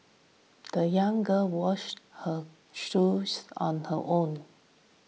the young girl washed her shoes on her own